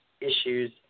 issues